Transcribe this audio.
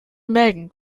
mägen